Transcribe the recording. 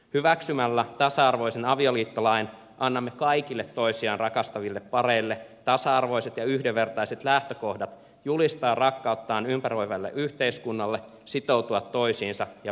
hyväksymällä tasa arvoisen avioliittolain annamme kaikille toisiaan rakastaville pareille tasa arvoiset ja yhdenvertaiset lähtökohdat julistaa rak kauttaan ympäröivälle yhteiskunnalle sitoutua toisiinsa ja perustaa perhe